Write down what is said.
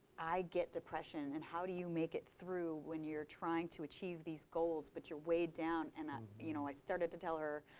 i get depression. and how do you make it through when you're trying to achieve these goals but you're weighed down? and um you know i started to tell her,